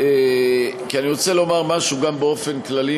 כי אני רוצה לומר משהו באופן כללי,